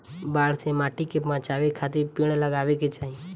बाढ़ से माटी के बचावे खातिर पेड़ लगावे के चाही